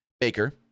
Baker